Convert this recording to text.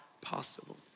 possible